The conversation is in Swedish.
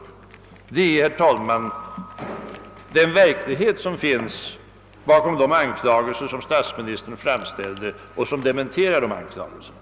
Det är, herr talman, den verklighet som finns bakom de anklagelser som statsministern framställde och som dementerar dessa anklagelser.